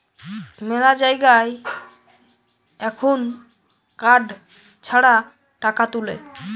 মেলা জায়গায় এখুন কার্ড ছাড়া টাকা তুলে